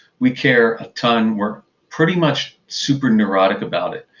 we care a ton. we're pretty much super neurotic about it.